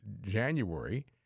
January